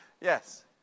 Yes